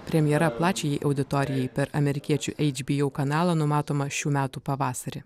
premjera plačiajai auditorijai per amerikiečių eič by au kanalą numatoma šių metų pavasarį